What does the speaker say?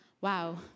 wow